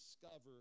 discover